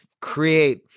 create